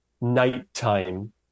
nighttime